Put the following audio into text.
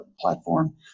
platform